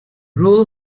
rule